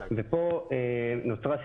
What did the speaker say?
פה נוצרה סיטואציה,